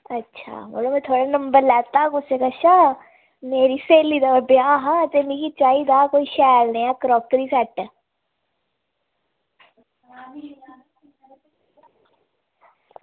मड़ो में थुआढ़ा नंबर लैता हा कुसै कशा मेरी स्हेली दा ब्याह् हा ते मिगी चाहिदा कोई शैल निहा क्रोकरी सैट